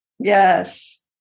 yes